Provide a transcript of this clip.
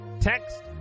text